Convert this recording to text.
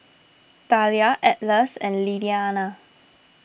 Thalia Atlas and Lilliana